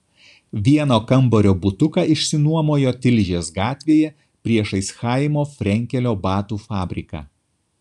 vieno kambario butuką išsinuomojo tilžės gatvėje priešais chaimo frenkelio batų fabriką